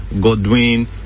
Godwin